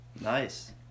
Nice